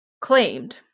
claimed